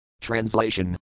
Translation